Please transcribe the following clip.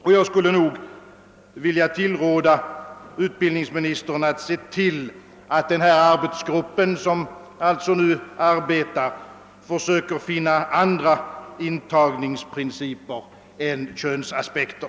Jag skulle nog vilja råda utbildningsministern att se till att denna arbetsgrupp försöker finna andra intagningsprinciper än könsaspekten.